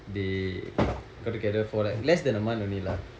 they got together for like less than a month only lah